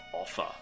offer